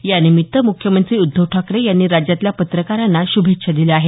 यानिमित्त मुख्यमंत्री उद्धव ठाकरे यांनी राज्यातल्या पत्रकारांना श्भेच्छा दिल्या आहेत